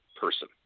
person